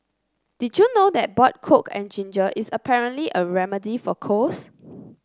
did you know that boiled coke and ginger is apparently a remedy for colds